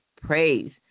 praise